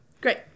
Great